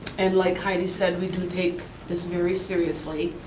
and like heidi said, we do take this very seriously,